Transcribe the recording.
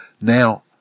now